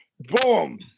boom